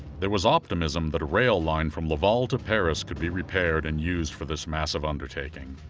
there was optimism that a rail line from laval to paris could be repaired and used for this massive undertaking.